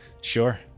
Sure